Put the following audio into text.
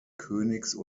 königs